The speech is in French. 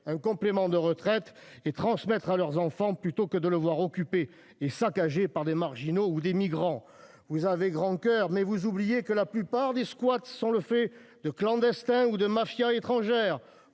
un complément de retraite et transmettre à leurs enfants plutôt que de le voir occupé et saccagé par des marginaux ou des migrants. Vous avez grand coeur mais vous oubliez que la plupart des squats sont le fait de clandestins ou de mafias étrangères